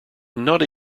not